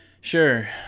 Sure